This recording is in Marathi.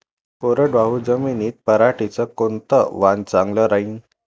कोरडवाहू जमीनीत पऱ्हाटीचं कोनतं वान चांगलं रायीन?